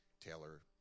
Taylor